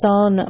on